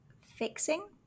fixing